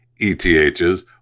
ETHs